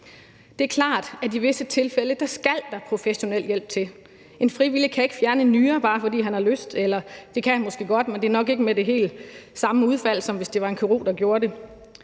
Det er klart, at i visse tilfælde skal der professionel hjælp til. En frivillig kan ikke fjerne en nyre, bare fordi han har lyst til det – det kan han måske godt, men det er nok ikke med helt det samme udfald, som hvis det var en kirurg, der gjorde det.